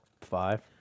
Five